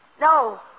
No